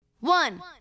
One